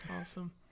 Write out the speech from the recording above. awesome